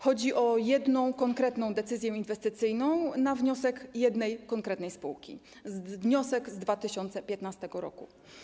Chodzi o jedną konkretną decyzję inwestycyjną na wniosek jednej konkretnej spółki, wniosek z 2015 r.